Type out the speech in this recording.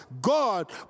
God